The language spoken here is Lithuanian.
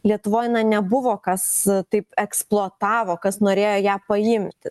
lietuvoj na nebuvo kas taip eksploatavo kas norėjo ją paimti